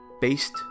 based